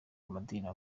amadini